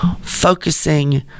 focusing